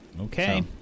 Okay